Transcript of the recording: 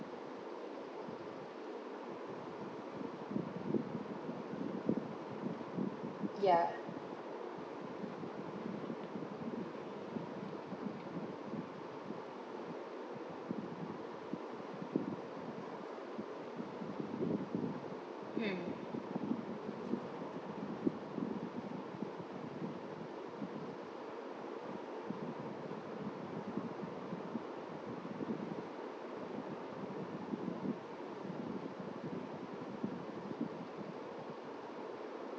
ya hmm